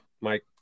Mike